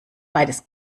beides